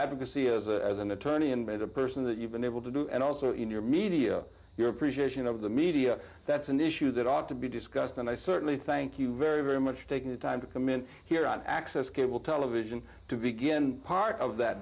advocacy as a and attorney and a person that you've been able to do and also in your media your appreciation of the media that's an issue that ought to be discussed and i certainly thank you very very much for taking the time to come in here on access cable television to begin part of that